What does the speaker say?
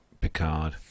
Picard